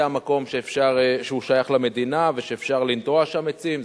מקום ששייך למדינה ואפשר לנטוע שם עצים,